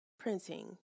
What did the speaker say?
printing